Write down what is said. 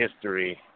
history